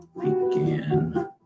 began